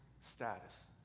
status